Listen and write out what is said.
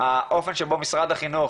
האופן שבו משרד החינוך